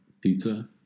Pizza